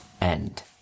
end